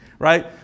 right